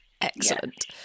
Excellent